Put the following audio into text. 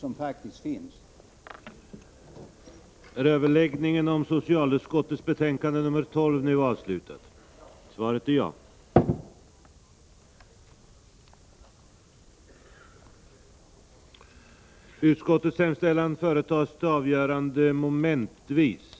På senare tid har det blossat upp en debatt om kommunernas rätt att själva minska antalet skoldagar till fyra per vecka på lågstadiet.